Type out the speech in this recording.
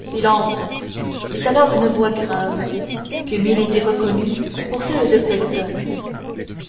silence dit alors une voix grave que milady reconnut pour celle de felton